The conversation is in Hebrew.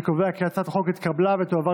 אני קובע כי הצעת החוק עברה ותועבר